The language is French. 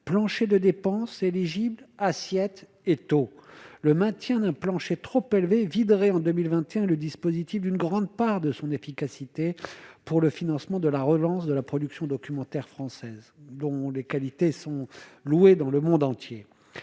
plancher de dépenses éligibles assiette Eto le maintien d'un plancher trop élevé viderait en 2021, le dispositif d'une grande part de son efficacité pour le financement de la relance de la production documentaire française dont les qualités sont loués dans le monde entier,